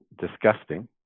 disgusting